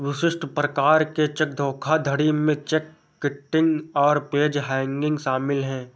विशिष्ट प्रकार के चेक धोखाधड़ी में चेक किटिंग और पेज हैंगिंग शामिल हैं